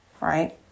Right